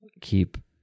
keep